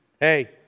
Hey